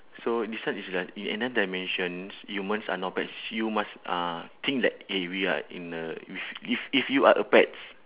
so this one is like in another dimensions humans are now pets you must uh think like eh we are in a if if if you are a pets